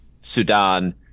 sudan